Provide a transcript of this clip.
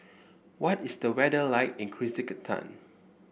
what is the weather like in Kyrgyzstan